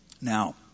Now